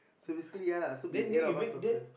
so basically ya lah so be eight of us total